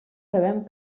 sabem